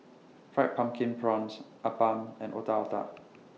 Fried Pumpkin Prawns Appam and Otak Otak